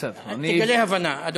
תגלה הבנה, אדוני.